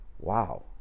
Wow